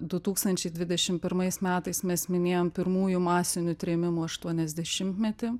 du tūkstančiai dvidešim pirmais metais mes minėjom pirmųjų masinių trėmimų aštuoniasdešimtmetį